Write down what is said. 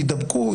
יידבקו,